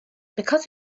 because